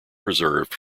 reserved